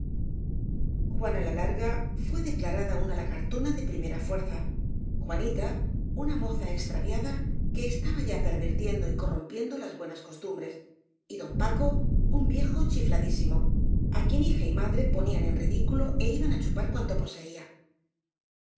juana la larga fué declarada una lagartona de primera fuerza juanita una moza extraviada que estaba ya pervirtiendo y corrompiendo las buenas costumbres y don paco un viejo chifladísimo á quien hija y madre ponían en ridículo é iban á chupar cuanto poseía